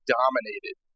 dominated